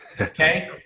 Okay